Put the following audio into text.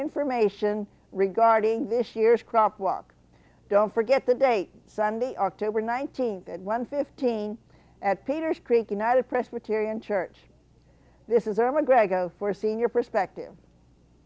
information regarding this year's crop walk don't forget the date sunday october nineteenth one fifteen at peter's creek united presbyterian church this is a mcgregor for senior perspective